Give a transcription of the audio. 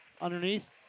underneath